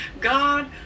God